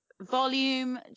volume